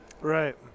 Right